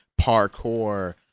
parkour